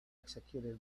executed